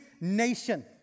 nation